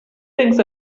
things